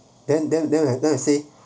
then then then then I say